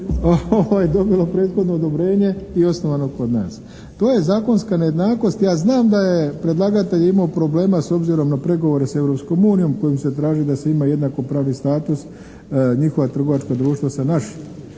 dobilo prethodno odobrenje i osnovano kod nas. To je zakonska nejednakost. Ja znam da je predlagatelj imao problema s obzirom na pregovore s Europskom unijom kojom se traži da se ima jednakopravni status njihova trgovačka društva sa našim.